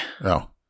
No